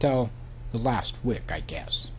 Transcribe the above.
the last week i guess